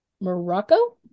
Morocco